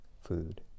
food